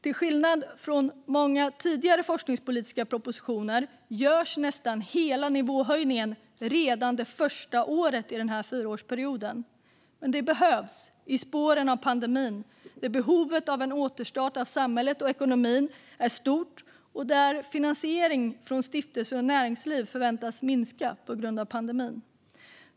Till skillnad från många tidigare forskningspolitiska propositioner görs nästan hela nivåhöjningen redan det första året av fyraårsperioden. Det behövs dock i spåren av pandemin, där behovet av en återstart av samhället och ekonomin är stort och där finansiering från stiftelser och näringsliv förväntas minska på grund av pandemin.